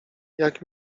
jak